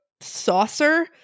saucer